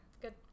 Good